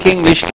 English